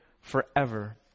forever